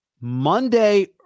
Monday